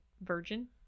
Virgin